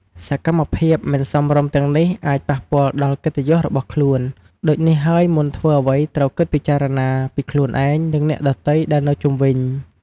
សកម្មភាពមិនសមរម្យទាំងនេះអាចប៉ះពាល់ដល់កិត្តិយសរបស់ខ្លួន ដូចនេះហើយមុនធ្វើអ្វីត្រូវគិតពិចារណា ពីខ្លួនឯង និងអ្នកដទៃដែលនៅជុំវិញ។។